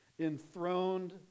enthroned